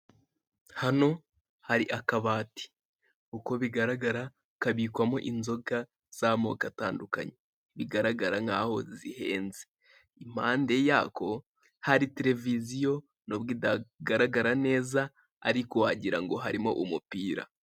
Hano hari akabati uko bigaragara kabikwamo inzoga z'amoko atandukanye bigaragara nkaho zihenze, impande yako hari televiziyo nubwo itagaragara neza ariko wagira harimo umupira.